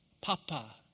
Papa